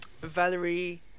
Valerie